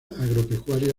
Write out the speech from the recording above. agropecuaria